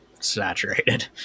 saturated